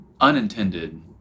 unintended